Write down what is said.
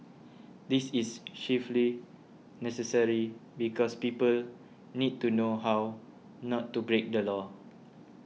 this is chiefly necessary because people need to know how not to break the law